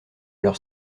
leurs